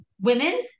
women